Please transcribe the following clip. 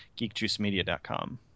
GeekJuiceMedia.com